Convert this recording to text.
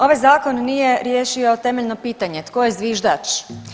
Ovaj zakon nije riješio temeljno pitanje tko je zviždač.